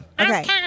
okay